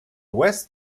west